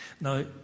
Now